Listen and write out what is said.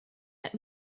let